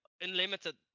unlimited